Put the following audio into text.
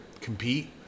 compete